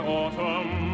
autumn